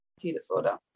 Disorder